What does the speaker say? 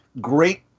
great